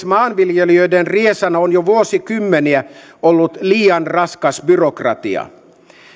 maanviljelijöiden riesana on jo vuosikymmeniä ollut liian raskas byrokratia